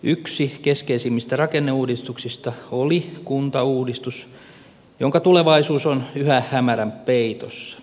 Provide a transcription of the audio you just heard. yksi keskeisimmistä rakenneuudistuksista oli kuntauudistus jonka tulevaisuus on yhä hämärän peitossa